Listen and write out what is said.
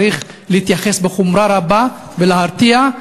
צריך להתייחס בחומרה רבה ולהרתיע,